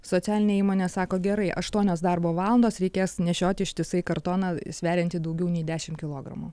socialinė įmonė sako gerai aštuonios darbo valandos reikės nešioti ištisai kartoną sveriantį daugiau nei dešimt kilogramų